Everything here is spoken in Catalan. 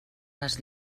les